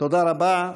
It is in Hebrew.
תודה רבה.